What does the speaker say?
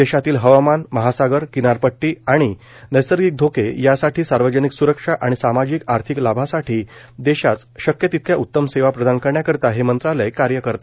देशातील हवामान महासागर किनारपट्टी आणि नैसर्गिक धोके यासाठी सार्वजनिक स्रक्षा आणि सामाजिक आर्थिक लाभासाठी देशास शक्य तितक्या उत्तम सेवा प्रदान करण्याकरिता हे मंत्रालय कार्य करते